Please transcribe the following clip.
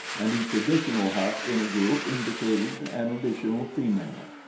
and each additional hut in a group indicated an additional female.